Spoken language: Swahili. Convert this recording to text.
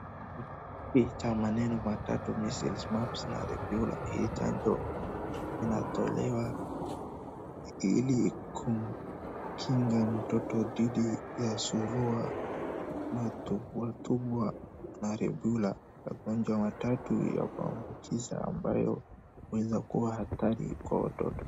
Picha maneno matatu measles , mumps na rubella . Hii chanjo inatolewa ili kumkinga mtoto dhidi ya surua, matubwitubwi na rubella , magonjwa matatu ya kuambukiza ambayo huweza kuwa hatari kwa watoto.